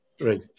Right